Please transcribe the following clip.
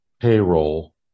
payroll